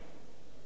אתה שקט מדי.